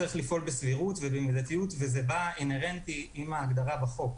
צריך לפעול בסבירות ובמדתיות וזה בא אינהרנטי עם ההגדרה בחוק.